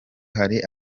hari